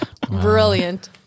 Brilliant